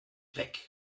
weg